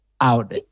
out